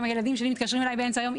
גם הילדים שלי מתקשרים אליי באמצע היום,